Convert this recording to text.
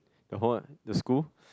the hold ah the school